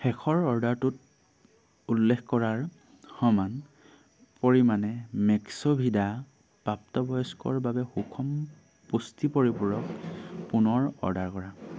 শেষৰ অৰ্ডাৰটোত উল্লেখ কৰাৰ সমান পৰিমাণে মেক্স'ভিদা প্ৰাপ্তবয়স্কৰ বাবে সুষম পুষ্টি পৰিপূৰক পুনৰ অৰ্ডাৰ কৰা